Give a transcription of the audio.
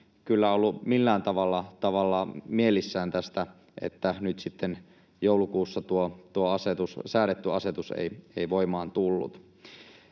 kyllä ollut millään tavalla mielissään tästä, että nyt sitten joulukuussa tuo säädetty asetus ei voimaan tullut.